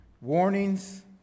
warnings